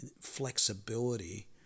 flexibility